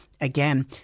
Again